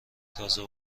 تازه